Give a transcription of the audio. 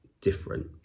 different